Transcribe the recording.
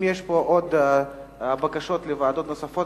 אם יש פה עוד בקשות לוועדות נוספות,